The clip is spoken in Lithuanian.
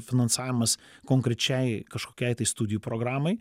finansavimas konkrečiai kažkokiai tai studijų programai